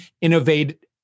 innovate